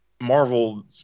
Marvel